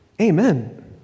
Amen